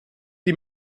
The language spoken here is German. die